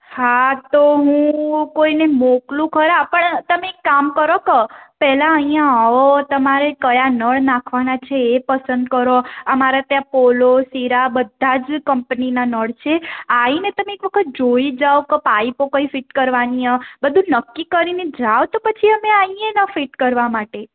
હા તો હું કોઈને મોકલું ખરા પણ તમે એક કામ કરો કે પહેલાં અહીંયા આવો તમારે કયા નળ નાખવાના છે એ પસંદ કરો અમારા ત્યાં પોલો સીરા બધા જ કંપનીના નળ છે આવીને તમે એક વખત જોઈ જાઓ કે પાઈપો કઈ ફીટ કરવાની છે બધું નક્કી કરીને જાઓ તો પછી અમે આવીએ ને ફીટ કરવા માટે